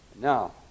Now